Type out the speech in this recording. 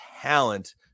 talent